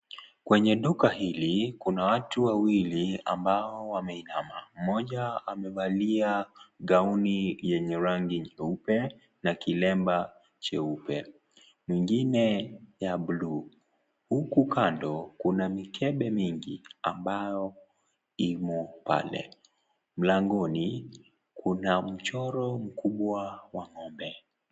Kwenye duka hili, kuna watu wawili ambao wameinama. Mmoja amevalia gauni yenye rangi nyeupe na kilemba jeupe, mwingine ya bluu. Huku kando kuna mikebe mingi ambao imo pale. Mlangoni kuna mchoro mkubwa wa ng'ombe.